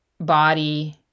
body